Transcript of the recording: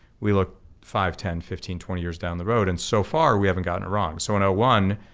we look five, ten, fifteen twenty years down the road. and so far we haven't gotten it wrong. so in ah one,